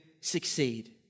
succeed